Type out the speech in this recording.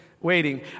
waiting